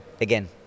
again